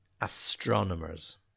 astronomers